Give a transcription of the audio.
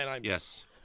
Yes